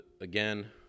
again